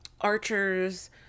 archers